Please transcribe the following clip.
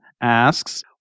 asks